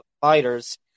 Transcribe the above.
fighters